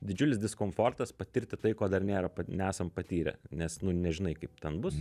didžiulis diskomfortas patirti tai ko dar nėra pat nesam patyrę nes nu nežinai kaip ten bus